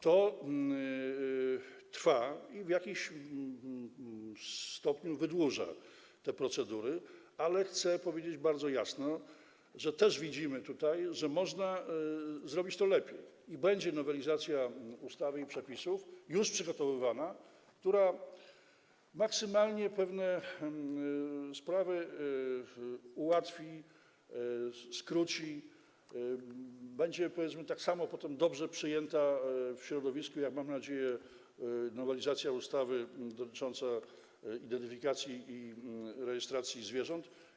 To trwa i w jakimś stopniu wydłuża te procedury, ale chcę powiedzieć bardzo jasno, że widzimy, że można zrobić to lepiej, i będzie nowelizacja ustawy i przepisów, ona jest już przygotowywana, która maksymalnie pewne sprawy ułatwi, skróci i będzie potem tak samo dobrze przyjęta w środowisku jak, mam nadzieję, nowelizacja ustawy dotycząca identyfikacji i rejestracji zwierząt.